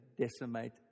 decimate